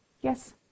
yes